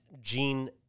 gene